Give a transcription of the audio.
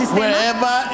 wherever